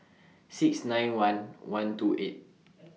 six nine one one two eight